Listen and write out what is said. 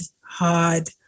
hard